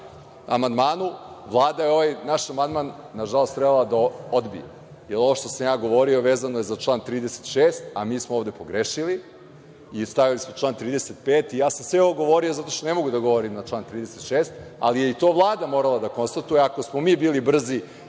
amandmanu. Vlada je ovaj naš amandman, nažalost, trebalo da odbije, jer ovo što sam ja govorio vezano je za član 36, a mi smo ovde pogrešili i stavili smo član 35. Ja sam sve ovo govorio zato što ne mogu da govorim na član 36, ali je to i Vlada morala da konstatuje. Ako smo mi bili brzi